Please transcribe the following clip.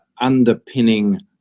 underpinning